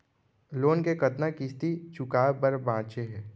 Loan के कतना किस्ती चुकाए बर बांचे हे?